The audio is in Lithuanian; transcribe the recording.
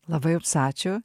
labai jums ačiū